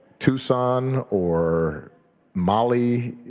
tucson or mali.